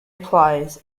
applies